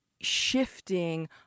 shifting